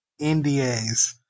NDAs